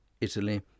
Italy